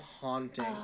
haunting